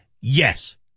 Yes